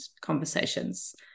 conversations